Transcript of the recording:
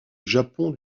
japon